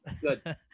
good